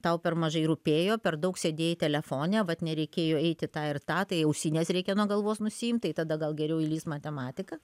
tau per mažai rūpėjo per daug sėdėjai telefone vat nereikėjo eit į tą ir tą tai ausines reikia nuo galvos nusiimt tada gal geriau įlįs matematika